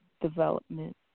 Development